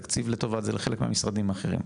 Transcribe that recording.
כתוב בעברית.